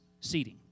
seating